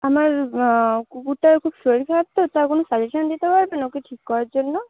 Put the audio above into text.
আমার কুকুরটার খুব শরীর খারাপ তো তা কোনো সাজেশন দিতে পারবেন ওকে ঠিক করার জন্য